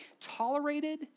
tolerated